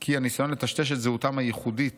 כי הניסיון לטשטש את זהותם הייחודית